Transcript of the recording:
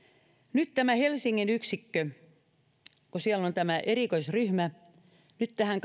nyt kun helsingin yksikössä on tämä erikoisryhmä tähän